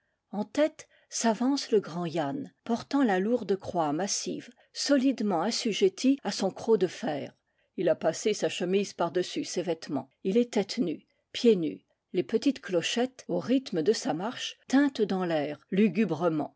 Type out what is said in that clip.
en tête s'avance le grand yann portant la lourde croix massive solidement assujettie à son croc de fer il a passé sa che mise par-dessus ses vêtements il est tête nue pieds nus les petites clochettes au rythme de sa marche tintent dans